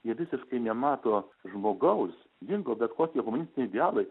jie visiškai nemato žmogaus dingo bet kokie humanistiniai idealai